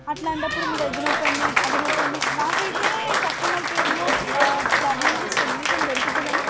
అట్లాంటప్పుడు మీరది నొక్కండి అది నొక్కండి నాకైతే కస్టమర్ కేర్లో ప్రాబ్లంకి సొల్యూషన్ దొరుకుతుందని